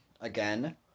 again